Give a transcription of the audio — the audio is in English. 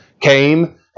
came